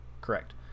Correct